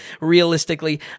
realistically